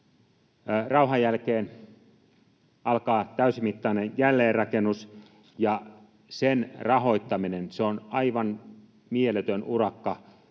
Rauhan jälkeen alkaa täysimittainen jälleenrakennus, ja sen rahoittaminen on aivan mieletön urakka